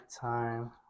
time